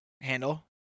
handle